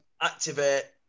activate